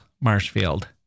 Marshfield